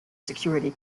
security